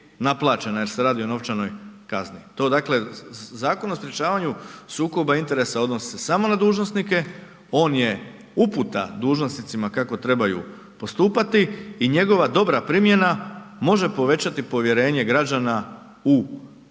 naplaćena jer se radi o novčanoj kazni, to dakle, Zakon o sprječavanju sukoba interesa odnosi se samo na dužnosnike, on je uputa dužnosnicima kako trebaju postupati i njegova dobra primjena može povećati povjerenje građana u tijela